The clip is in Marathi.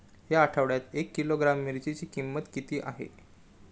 या आठवड्यात एक किलोग्रॅम मिरचीची किंमत किती आहे?